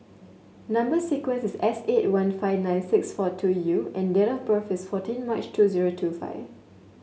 number sequence is S eight one five nine six four two U and date of birth is fourteen March two zero two five